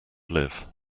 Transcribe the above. live